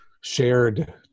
shared